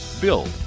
Build